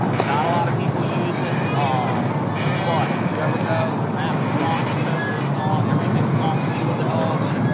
not a lot of people use it um but if you ever go and your maps are gone, your topo is gone, everything's gone but you and the dogs.